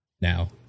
now